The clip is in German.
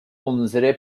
unsere